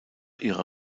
ihrer